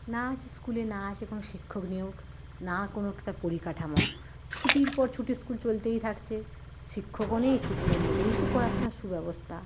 না আছে স্কুলে না আছে কোনো শিক্ষক নিয়োগ না কোনো তার পরিকাঠামো ছুটির পর ছুটি স্কুল চলতেই থাকছে শিক্ষকও নেই ছুটিও নেই এই তো পড়াশোনার সুব্যবস্থা